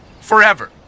Forever